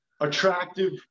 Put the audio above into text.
attractive